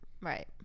Right